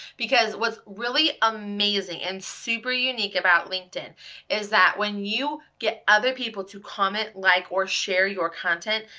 because what's really amazing and super unique about linkedin is that when you get other people to comment, like, or share your content,